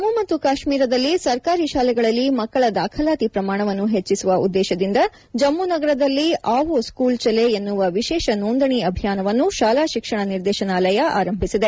ಜಮ್ಮು ಮತ್ತು ಕಾಶ್ಮೀರದಲ್ಲಿ ಸರ್ಕಾರಿ ಶಾಲೆಗಳಲ್ಲಿ ಮಕ್ಕಳ ದಾಖಲಾತಿ ಪ್ರಮಾಣವನ್ನು ಹೆಚ್ಚಿಸುವ ಉದ್ದೇಶದಿಂದ ಜಮ್ಮು ನಗರದಲ್ಲಿ ಆವೋ ಸ್ನೂಲ್ ಚಲೆ ಎನ್ನುವ ವಿಶೇಷ ನೋಂದಣಿ ಅಭಿಯಾನವನ್ನು ಶಾಲಾ ಶಿಕ್ಷಣ ನಿರ್ದೇಶನಾಲಯ ಆರಂಭಿಸಿದೆ